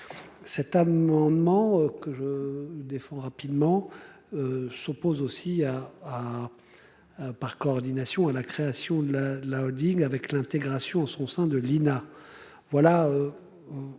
Cet amendement que je défends rapidement. S'oppose aussi. Par coordination à la création de la la Holding avec l'intégration en son sein, de l'INA.